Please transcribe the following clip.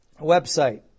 Website